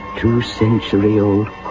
two-century-old